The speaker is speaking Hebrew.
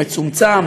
מצומצם,